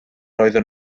oeddwn